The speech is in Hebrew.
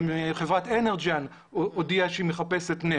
חברת אנרג'ין הודיעה שהיא מחפשת נפט,